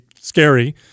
scary